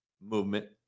movement